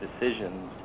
decisions